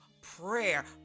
Prayer